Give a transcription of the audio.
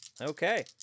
Okay